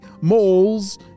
moles